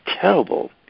terrible